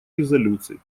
резолюций